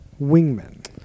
wingmen